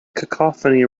cacophony